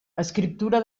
escriptura